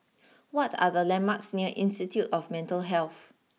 what are the landmarks near Institute of Mental Health